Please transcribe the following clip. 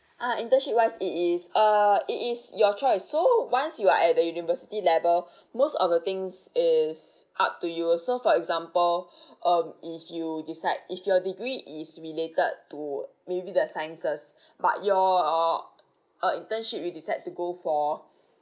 ah industry wise it is uh it is your choice so once you are at the university level most of the things is up to you so for example um in you decide if your degree is related to maybe the sciences but your uh internship you decide to go for